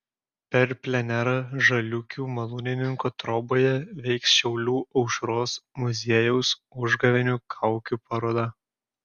per plenerą žaliūkių malūnininko troboje veiks šiaulių aušros muziejaus užgavėnių kaukių paroda